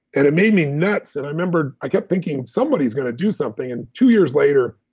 and it made me nuts and i remember i kept thinking, somebody is going to do something. and two years later,